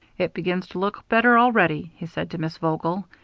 it begins to look better already, he said to miss vogel.